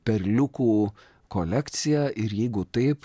perliukų kolekciją ir jeigu taip